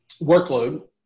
workload